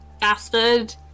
Bastard